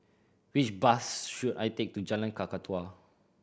which bus should I take to Jalan Kakatua